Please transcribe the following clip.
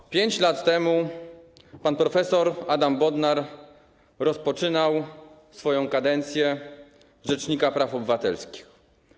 Wow! 5 lat temu pan prof. Adam Bodnar rozpoczynał kadencję rzecznika praw obywatelskich.